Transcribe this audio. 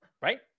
right